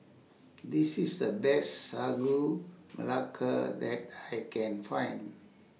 This IS The Best Sagu Melaka that I Can Find